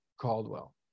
Caldwell